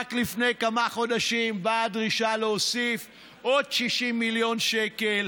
שרק לפני כמה חודשים באה דרישה להוסיף עוד 60 מיליון שקל,